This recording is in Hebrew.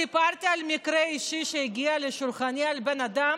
סיפרתי על מקרה אישי שהגיע לשולחני, על בן אדם